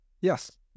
Yes